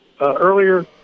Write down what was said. earlier